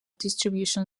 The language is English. distribution